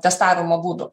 testavimo būdų